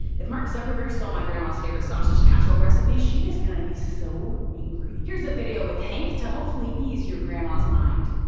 if mark zuckerberg stole my grandma's favorite sausage casserole recipe, she's going to be so angry! here's a video with hank to hopefully ease your grandma's mind.